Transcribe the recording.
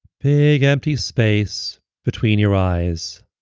big empty space between your eyes.